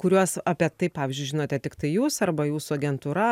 kuriuos apie tai pavyzdžiui žinote tik tai jūs arba jūsų agentūra